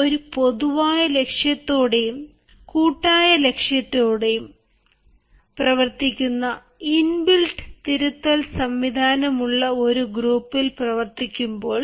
ഒരു പൊതുവായ ലക്ഷ്യത്തോടെയും കൂട്ടായ ലക്ഷ്യത്തോടെയും പ്രവർത്തിക്കുന്ന ഇൻബിൽറ്റ് തിരുത്തൽ സംവിധാനം ഉള്ള ഒരു ഗ്രൂപ്പിൽ പ്രവർത്തിക്കുമ്പോൾ